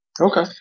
Okay